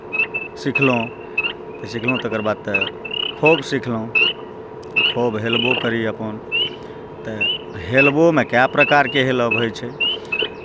सिखलहुँ तऽ सिखलहुँ तकर बाद तऽ खूब सिखलहुँ खूब हेलबो करी अपन तऽ हेलबोमे कए प्रकारके हेलब होइ छै